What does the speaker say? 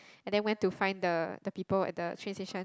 and then went to find the the people at the train station